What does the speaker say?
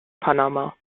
panama